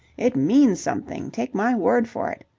it means something, take my word for it.